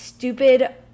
Stupid